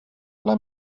ble